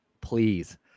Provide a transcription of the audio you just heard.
please